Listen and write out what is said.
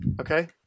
Okay